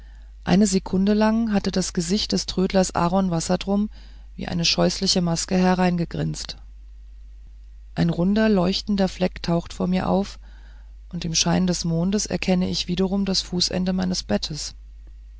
eine sekunde lang hatte das gesicht des trödlers aaron wassertrum wie eine scheußliche maske hereingegrinst ein runder leuchtender fleck taucht vor mir auf und im schein des mondlichtes erkenne ich wiederum das fußende meines bettes